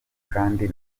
kandi